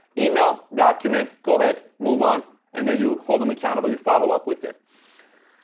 email, document, go ahead, move on, and then you hold them accountable. you follow up with it.